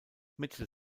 mitchell